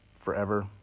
forever